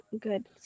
good